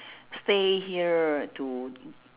stay here to